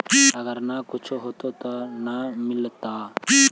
अगर न कुछ होता तो न मिलता?